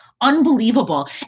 unbelievable